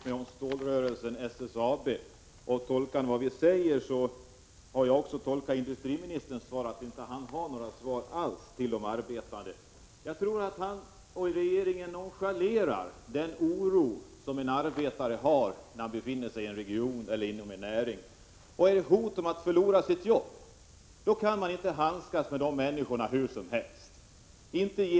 Fru talman! Jag har inte talat om år, jag har uttryckt mig om stålrörelsen SSAB. Jag har tolkat industriministerns svar så, att han inte har några svar alls till de arbetande. Jag tror att industriministern och regeringen nonchalerar den oro som en arbetare känner som befinner sig i en region eller inom en näring med hot att förlora sitt jobb. Man kan inte handskas med dessa människor hur som helst. Men regeringen